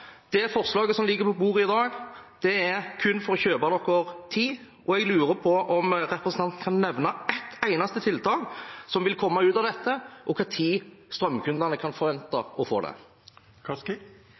Det forslaget som ligger på bordet i dag, er kun for å kjøpe dere tid, og jeg lurer på om representanten kan nevne ett eneste tiltak som vil komme ut av dette, og når strømkundene kan forvente